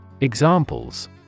Examples